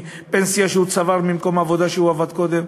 מפנסיה שהוא צבר ממקום העבודה שהוא עבד בו קודם,